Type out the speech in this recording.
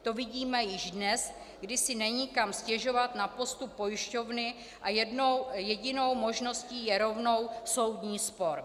To vidíme již dnes, kdy si není kam stěžovat na postup pojišťovny a jedinou možností je rovnou soudní spor.